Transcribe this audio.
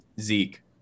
Zeke